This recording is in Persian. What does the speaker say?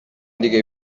دیگه